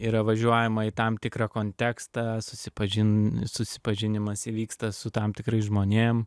yra važiuojama į tam tikrą kontekstą susipažinimas įvyksta su tam tikrais žmonėm